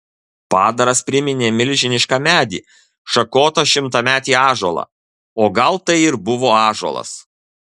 padaras priminė milžinišką medį šakotą šimtametį ąžuolą o gal tai ir buvo ąžuolas